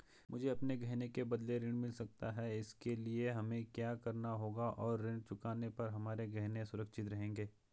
मुझे अपने गहने के बदलें ऋण मिल सकता है इसके लिए हमें क्या करना होगा और ऋण चुकाने पर हमारे गहने सुरक्षित रहेंगे?